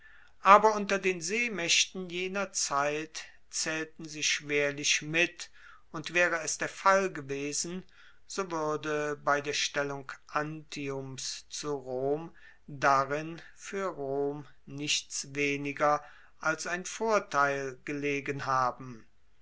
aber unter den seemaechten jener zeit zaehlten sie schwerlich mit und waere es der fall gewesen so wuerde bei der stellung antiums zu rom darin fuer rom nichts weniger als ein vorteil gelegen haben